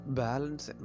balance